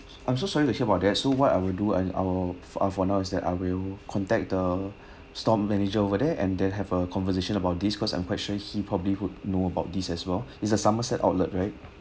I'm so sorry to hear about that so what I will do I I will uh for now is that I will contact the store manager over there and then have a conversation about this because I'm quite sure he probably would know about this as well is the somerset outlet right